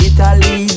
Italy